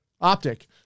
Optic